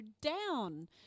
down